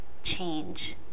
change